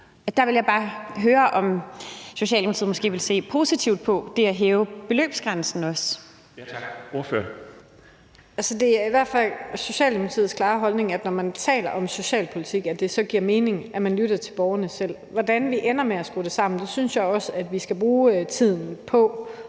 Der vil jeg bare høre, om Socialdemokratiet måske vil se positivt på også at hæve beløbsgrænsen. Kl. 15:48 Den fg. formand (Bjarne Laustsen): Ordføreren. Kl. 15:48 Camilla Fabricius (S): Det er i hvert fald Socialdemokratiets klare holdning, når man taler om socialpolitik, at det giver mening for borgerne, at man lytter til borgerne selv. Hvordan vi ender med at skrue det sammen synes jeg også at vi skal bruge tiden på